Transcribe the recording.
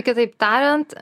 kitaip tariant